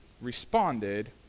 responded